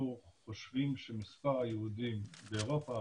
אנחנו חושבים שמספר היהודים באירופה,